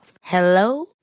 Hello